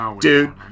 dude